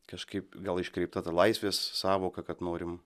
kažkaip gal iškreipta ta laisvės sąvoka kad norim